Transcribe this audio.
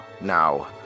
now